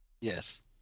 Yes